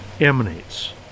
emanates